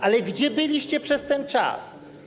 Ale gdzie byliście przez ten czas?